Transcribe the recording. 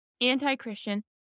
anti-Christian